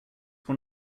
one